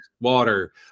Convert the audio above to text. water